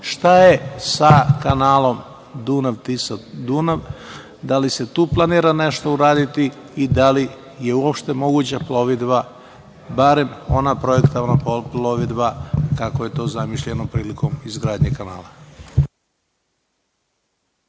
šta je sa kanalom Dunav-Tisa-Dunav? Da li se tu planira nešto uraditi i da li je uopšte moguća plovidba barem ona projektovana plovidba, kako je to zamišljeno prilikom izgradnje kanala?